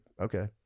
okay